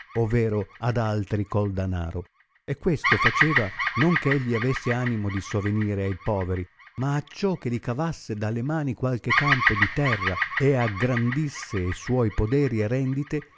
vero ad altri col danaro e questo faceva non che egli avesse animo di sovenire ai poveri ma acciò che li cavasse dalle mani qualche campo di terra e aggrandisse e suoi poderi e rendite